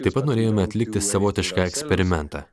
taip pat norėjome atlikti savotišką eksperimentą